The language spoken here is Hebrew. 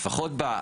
למה?